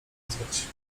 nazwać